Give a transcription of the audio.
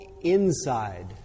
inside